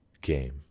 game